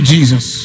Jesus